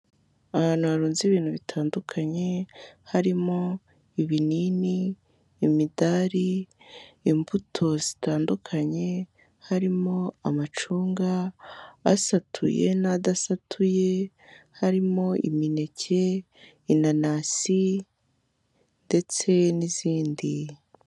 Ahantu harunze ibintu bitandukanye, harimo ibinini, imidari, imbuto zitandukanye, harimo amacunga, asatuye n'adisatuye, harimo imineke, inanasi ndetse n'izindi.